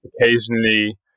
occasionally